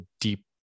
deep